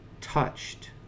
touched